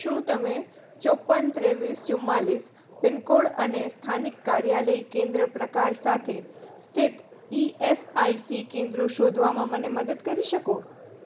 શું તમે ચોપ્પન ત્રેવીસ ચુંમાલીસ પિનકોડ અને સ્થાનિક કાર્યાલય કેન્દ્ર પ્રકાર સાથે સ્થિત ઇ એસ આઇ સી કેન્દ્રો શોધવામાં મને મદદ કરી શકો